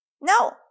No